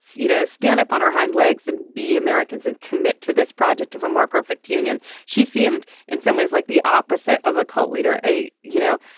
so you know, stand up on her hind legs and be americans and commit to this project of a more perfect union. she seemed in some ways like the opposite of a cult leader, a you know,